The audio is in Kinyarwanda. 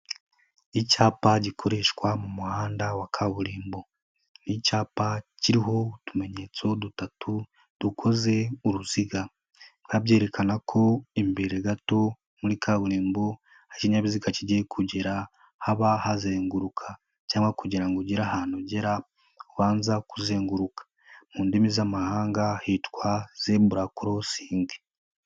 Icyapa gikoreshwa mu muhanda wa kaburimbo, ni icyapa kiriho utumenyetso dutatu dukoze uruziga, biba byerekana ko imbere gato muri kaburimbo ikinyabiziga kigiye kugera haba hazenguruka cyangwa kugira ngo ugere ahantu ugera ubanza kuzenguruka, mu ndimi z'amahanga hitwa zebra crossing.